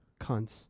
Cunts